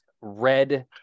red